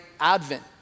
Advent